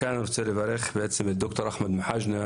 כאן אני רוצה לברך את דוקטור אחמד מחאג'נה,